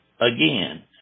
again